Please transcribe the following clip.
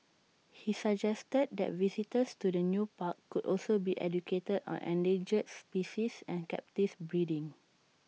he suggested that the visitors to the new park could also be educated on endangered species and captive breeding